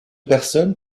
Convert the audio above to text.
personnes